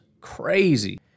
crazy